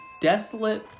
desolate